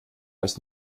ist